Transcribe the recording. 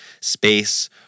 space